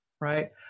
right